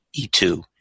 E2